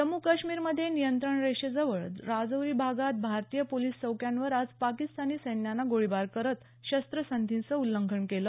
जम्मू काश्मीर मध्ये नियंत्रण रेषेजवळ राजौरी भागात भारतीय चौक्यांवर आज पाकिस्तानी सैन्यानं गोळीबार करत शस्त्रसंधीचं उल्लघंन केलं